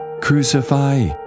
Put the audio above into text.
Crucify